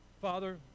Father